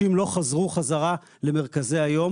חלקם עדיין חיים בחשש וחלקם לא חזרו חזרה למרכזי היום.